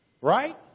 Right